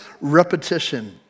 repetition